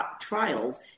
trials